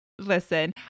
listen